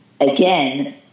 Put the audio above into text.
Again